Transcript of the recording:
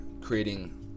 creating